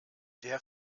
der